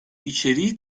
içeriği